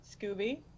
Scooby